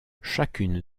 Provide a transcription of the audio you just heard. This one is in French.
chacune